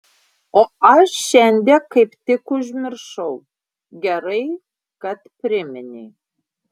o aš šiandie kaip tik užmiršau gerai kad priminei